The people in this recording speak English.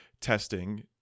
testing